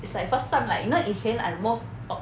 it's like first time like you know 以前 at most